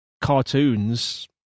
cartoons